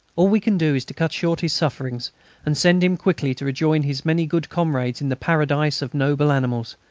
all we can do is to cut short his sufferings and send him quickly to rejoin his many good comrades in the paradise of noble animals.